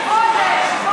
חודש.